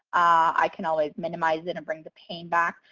i can always minimize it and bring the ping back.